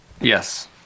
Yes